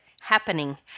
happening